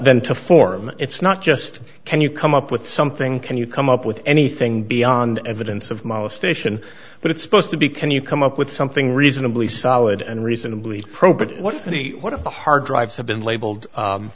than to form it's not just can you come up with something can you come up with anything beyond evidence of most station but it's supposed to be can you come up with something reasonably solid and reasonably appropriate what the hard drives have been labeled